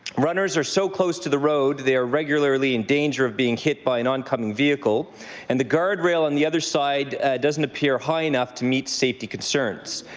runners are so close to the road, they are regularly in danger of being hit by an oncoming vehicle and the guard rail on the other side doesn't appear high enough to meet safety concerns.